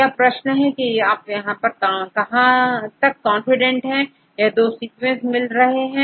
अब प्रश्न है की आप कहां तक कॉंफिडेंट है कि यह दो सीक्वेंस मिल रहे हैं